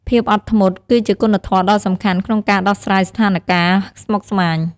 ភាពអត់ធ្មត់ គឺជាគុណធម៌ដ៏សំខាន់ក្នុងការដោះស្រាយស្ថានការណ៍ស្មុគស្មាញ។